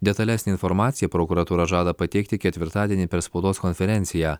detalesnę informaciją prokuratūra žada pateikti ketvirtadienį per spaudos konferenciją